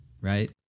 right